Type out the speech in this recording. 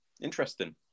Interesting